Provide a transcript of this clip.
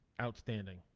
outstanding